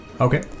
Okay